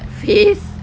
face